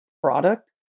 product